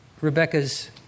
Rebecca's